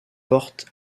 porte